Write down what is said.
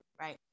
right